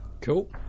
Cool